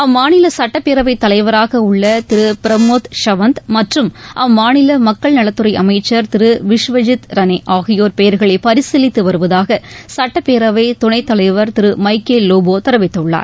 அம்மாநில சுட்டப்பேரவை தலைவராக உள்ள திரு பிரமோத் ஷவந்த் மற்றும் அம்மாநில மக்கள் நலத்துறை அமைச்சர் திரு விஷ்வஜித் ராளே ஆகியோர் பெயர்களை பரிசீலித்து வருவதாக சட்டப்பேரவை துணைத் தலைவர் திரு மைக்கேல் லோபோ தெரிவித்துள்ளார்